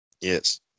Yes